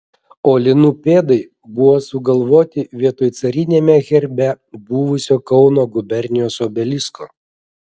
o linų pėdai buvo sugalvoti vietoj cariniame herbe buvusio kauno gubernijos obelisko